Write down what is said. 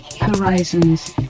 Horizons